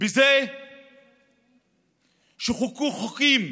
בזה שחוקקו חוקים